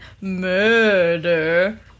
murder